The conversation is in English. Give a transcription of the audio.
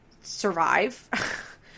survive